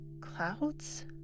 clouds